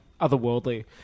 Otherworldly